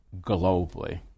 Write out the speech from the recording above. globally